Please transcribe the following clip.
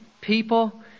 people